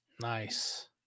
Nice